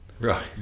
Right